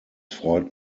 freut